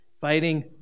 fighting